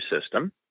system